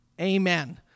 Amen